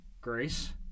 grace